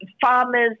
farmers